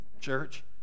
church